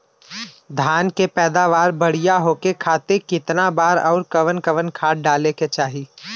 धान के पैदावार बढ़िया होखे खाती कितना बार अउर कवन कवन खाद डाले के चाही?